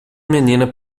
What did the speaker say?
menina